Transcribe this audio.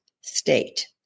state